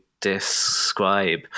describe